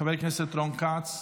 חבר הכנסת רון כץ,